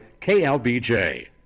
KLBJ